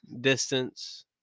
Distance